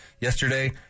yesterday